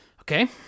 Okay